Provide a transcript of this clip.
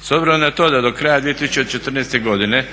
S obzirom na to da do kraja 2014. godine